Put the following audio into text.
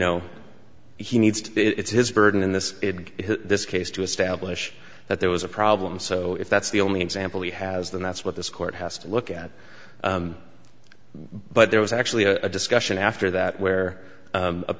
know he needs to it's his burden in this this case to establish that there was a problem so if that's the only example he has then that's what this court has to look at but there was actually a discussion after that where